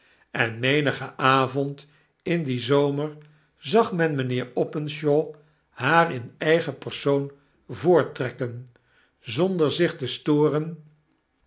en menigen avond in dien zomer zag men mijnheer openshaw haar in eigen persoon voorttrekken zonderzich te storen